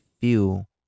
feel